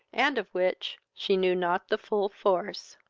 and of which she knew not the full force.